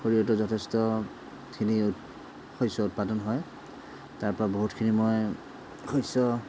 সৰিয়হতো যথেষ্টখিনি শস্য উৎপাদন হয় তাৰপৰা বহুতখিনি মই শস্য